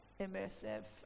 immersive